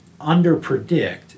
underpredict